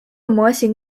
模型